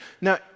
Now